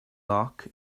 lock